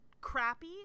crappy